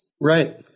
Right